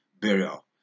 burial